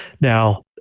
Now